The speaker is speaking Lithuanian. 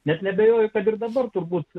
net neabejoju kad ir dabar turbūt